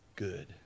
good